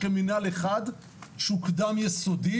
כמנהל אחד שהוא קדם יסודי,